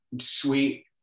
sweet